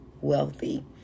wealthy